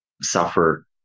suffer